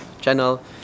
channel